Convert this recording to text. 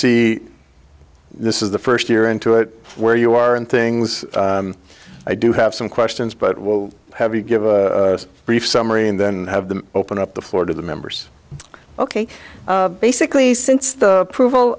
see this is the first year into it where you are and things i do have some questions but we have to give a brief summary and then have them open up the floor to the members ok basically since the approval